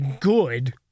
good